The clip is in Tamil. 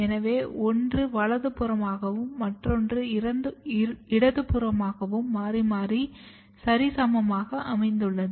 எனவே ஒன்று வலதுபுறமாகவும் மற்றொன்று இடதுபுறமாகவும் மாறி மாறி சரி சமமாக அமைந்துள்ளது